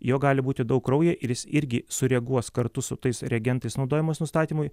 jo gali būti daug kraujyje ir jis irgi sureaguos kartu su tais reagentais naudojamais nustatymui